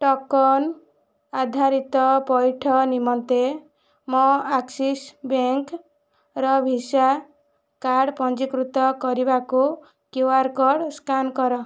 token ଆଧାରିତ ପଇଠ ନିମନ୍ତେ ମୋ' ଆକ୍ସିସ୍ ବ୍ୟାଙ୍କ୍ର ଭିସା କାର୍ଡ଼ ପଞ୍ଜୀକୃତ କରିବାକୁ କ୍ୟୁଆର୍ କୋଡ୍ ସ୍କାନ୍ କର